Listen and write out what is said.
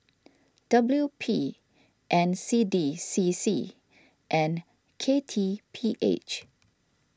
W P N C D C C and K T P H